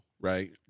right